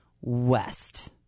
west